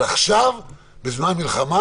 אבל עכשיו, בזמן מלחמה